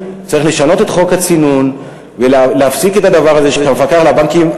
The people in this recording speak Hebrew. צריך לשנות את חוק הצינון ולהפסיק את הדבר הזה שהמפקח על הבנקים,